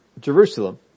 Jerusalem